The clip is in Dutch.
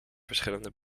verschillende